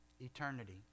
Eternity